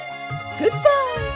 goodbye